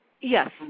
Yes